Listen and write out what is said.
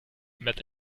met